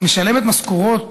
משלמת משכורות,